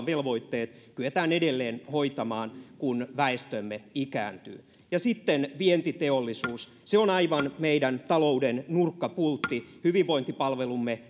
velvoitteet kyetään edelleen hoitamaan kun väestömme ikääntyy ja sitten vientiteollisuus se on aivan meidän talouden nurkkapultti hyvinvointipalvelumme